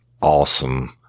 awesome